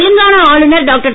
தெலங்கானா ஆளுனர் டாக்டர்